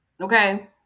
Okay